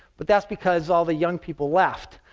but that's because all the young people left.